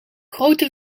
grote